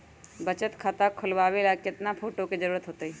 बचत खाता खोलबाबे ला केतना फोटो के जरूरत होतई?